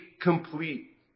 complete